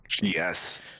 Yes